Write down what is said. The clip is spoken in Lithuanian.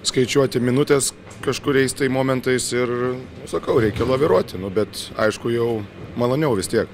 skaičiuoti minutes kažkuriais tais momentais ir sakau reikia laviruoti nu bet aišku jau maloniau vis tiek